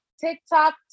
TikTok